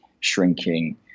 shrinking